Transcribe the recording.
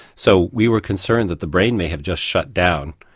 so we were concerned that the brain may have just shut down,